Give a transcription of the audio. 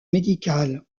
médicale